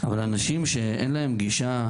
אבל אנשים שאין להם גישה,